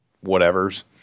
whatever's